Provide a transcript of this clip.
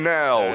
now